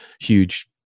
huge